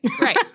right